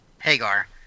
Hagar